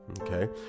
Okay